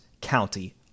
county